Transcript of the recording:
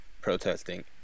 protesting